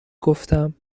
گفتم